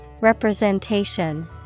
Representation